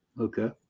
Okay